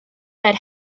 that